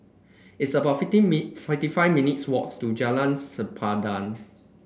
it's about fifty fifty five minutes' walk to Jalan Sempadan